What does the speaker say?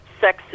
sexist